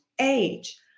age